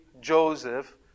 Joseph